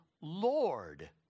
Lord